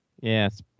Yes